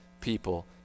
people